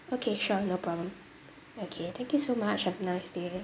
okay sure no problem okay thank you so much have a nice day